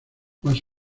más